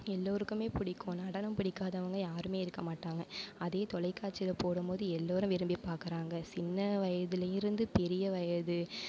எல்லோருக்குமே பிடிக்கும் நடனம் பிடிக்காதவங்க யாருமே இருக்க மாட்டாங்க அதே தொலைக்காட்சியில போடும்போது எல்லோரும் விரும்பி பார்க்குறாங்க சின்ன வயதுலருந்து பெரிய வயது